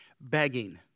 begging